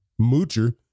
Moocher